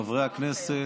חברי הכנסת,